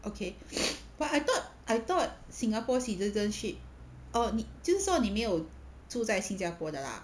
okay but I thought I thought singapore citizenship 哦你就是说你没有住在新加坡的 lah